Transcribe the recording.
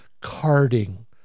carding